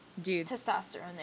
testosterone